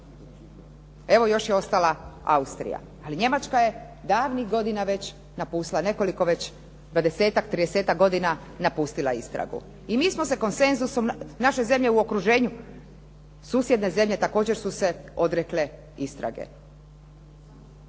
Evo, još je ostala Austrija ali Njemačka je davnih godina već napustila, već dvadesetak, tridesetak godina napustila istragu. I mi smo se konsenzusom naše zemlje u okruženju, susjedne zemlje također su se odrekle istrage.